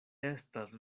estas